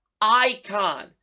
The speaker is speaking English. icon